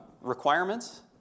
requirements